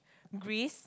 Greece